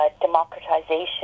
democratization